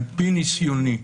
על פי ניסיוני,